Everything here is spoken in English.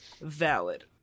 valid